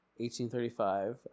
1835